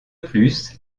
plus